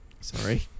Sorry